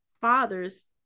fathers